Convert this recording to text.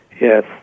Yes